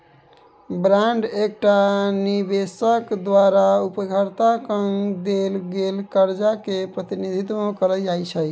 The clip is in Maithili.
बांड एकटा निबेशक द्वारा उधारकर्ता केँ देल गेल करजा केँ प्रतिनिधित्व करैत छै